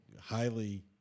highly